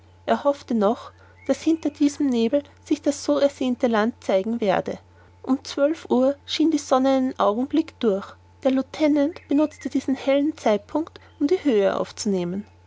er hoffte noch daß hinter diesem nebel sich das so ersehnte land zeigen werde um zwölf uhr schien die sonne einen augenblick durch der lieutenant benutzte diesen hellen zeitpunkt um die höhe aufzunehmen